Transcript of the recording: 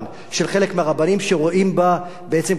שרואים בה קבוצה להכות בה.